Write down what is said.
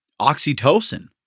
oxytocin